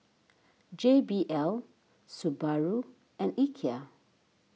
J B L Subaru and Ikea